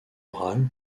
oral